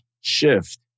shift